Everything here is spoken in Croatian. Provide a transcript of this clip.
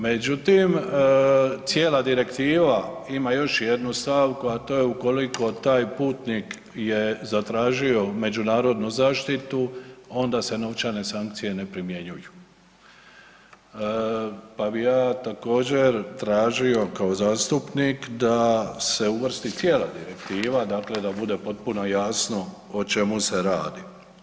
Međutim cijela direktiva ima još jednu stavku a to je ukoliko taj putnik je zatražio međunarodnu zaštitu, onda se novčane sankcije ne primjenjuju pa bi ja također tražio kao zastupnik da se uvrsti cijela direktiva, dakle da bude potpuno jasno o čemu se radi.